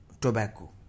tobacco